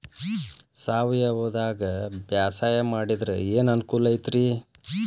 ಸಾವಯವದಾಗಾ ಬ್ಯಾಸಾಯಾ ಮಾಡಿದ್ರ ಏನ್ ಅನುಕೂಲ ಐತ್ರೇ?